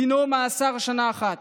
דינו, מאסר שנה אחת: